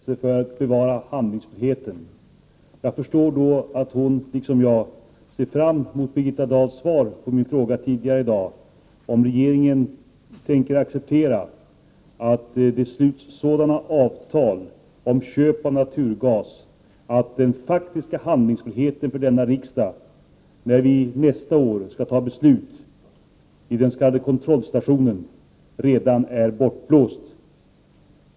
Herr talman! Det glädjer mig att Gudrun Schyman delar mitt intresse för att bevara handlingsfriheten. Jag förstår att hon liksom jag ser fram emot Birgitta Dahls svar på min fråga tidigare i dag: om regeringen kan acceptera att det sluts sådana avtal om köp av naturgas att den faktiska handlingsfriheten för denna riksdag, när vi nästa år skall fatta beslut vid den s.k. kontrollstationen, redan är bortblåst.